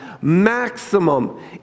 maximum